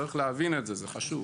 צריך להבין את זה, זה חשוב.